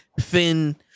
Finn